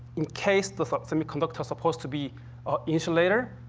in case the semiconductor's supposed to be a insulator,